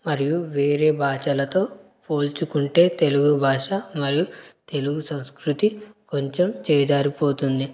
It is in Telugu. మరియు వేరే భాషలతో పోల్చుకుంటే తెలుగు భాష మరియు తెలుగు సంస్కృతి కొంచం చేజారిపోతుంది